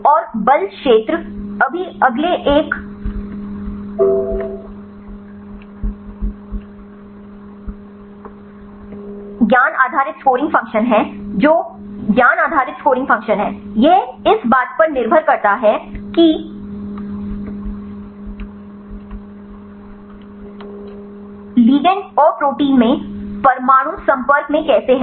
और बल क्षेत्र अभी अगले एक ज्ञान आधारित स्कोरिंग फ़ंक्शन है जो ज्ञान आधारित स्कोरिंग फ़ंक्शन है यह इस बात पर निर्भर करता है कि लिगैंड और प्रोटीन में परमाणु संपर्क में कैसे हैं